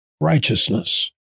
righteousness